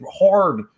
hard